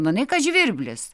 manai kad žvirblis